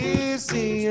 easy